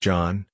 John